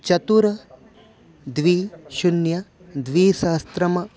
चत्वारि द्वे शून्यं द्विसहस्रम्